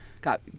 got